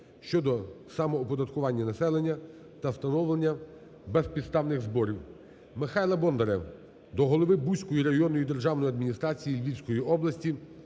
щодо самооподаткування населення та встановлення безпідставних зборів. Михайла Бондаря до голови Буської районної державної адміністрації Львівської області,